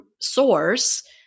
source